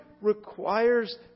requires